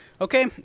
Okay